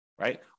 right